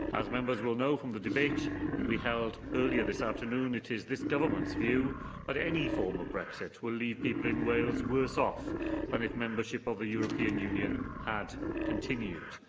as members will know from the debate we held earlier this afternoon, it is this government's view that but any form of brexit will leave people in wales worse off than if membership of the european union had continued.